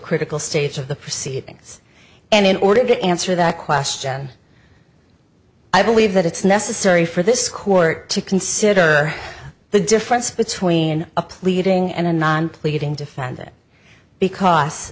critical stage of the proceedings and in order to answer that question i believe that it's necessary for this court to consider the difference between a pleading and a non pleading defend it because